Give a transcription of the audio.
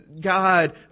God